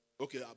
Okay